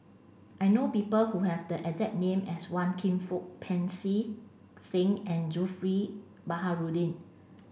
I know people who have the exact name as Wan Kam Fook Pancy Seng and Zulkifli Baharudin